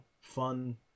fun